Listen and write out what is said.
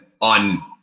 on